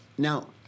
Now